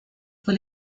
fue